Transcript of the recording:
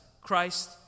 Christ